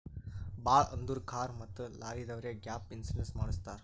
ಭಾಳ್ ಅಂದುರ್ ಕಾರ್ ಮತ್ತ ಲಾರಿದವ್ರೆ ಗ್ಯಾಪ್ ಇನ್ಸೂರೆನ್ಸ್ ಮಾಡುಸತ್ತಾರ್